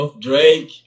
Drake